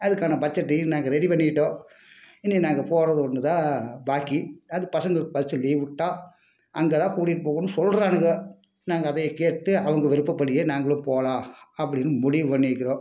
அதுக்கான பட்ஜெட்டையும் நாங்கள் ரெடி பண்ணிக்கிட்டோம் இனி நாங்கள் போகிறது ஒன்று தான் பாக்கி அது பசங்களுக்கு பரீட்சை லீவ் விட்டா அங்கே தான் கூட்டிட்டு போணும்னு சொல்றாங்க நாங்கள் அதை கேட்டுட்டு அவங்க விருப்பப்படியே நாங்களும் போகலாம் அப்படின்னு முடிவு பண்ணியிருக்கிறோம்